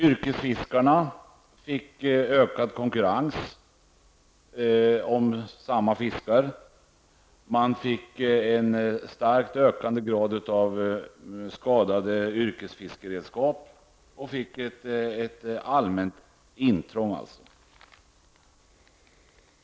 Yrkesfiskarna fick ökad konkurrens om fiskarna. Yrkesfiskeredskapen skadades i ökad omfattning. Det blev ett allmänt intrång.